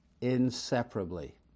inseparably